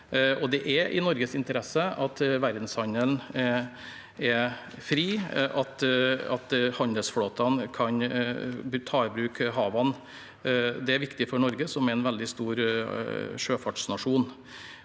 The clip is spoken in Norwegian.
i Norges interesse at verdenshandelen er fri, og at handelsflåtene kan ta i bruk havene. Det er viktig for Norge, som er en veldig stor sjøfartsnasjon.